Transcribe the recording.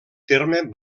terme